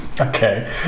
Okay